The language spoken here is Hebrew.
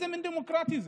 איזה מין דמוקרטיה זה?